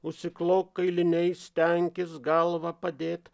užsiklok kailiniais stenkis galvą padėt